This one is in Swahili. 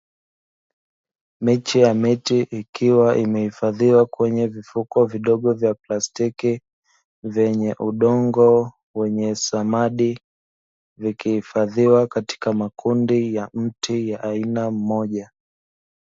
Miche ya miti ikiwa imehifadhiwa kwenye vifuko vidogo vya plastiki vyenye udongo wenye samadi, vikihifadhiwa katika makundi ya mti ya aina mmoja.